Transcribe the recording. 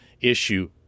issue